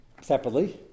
separately